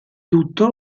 lutto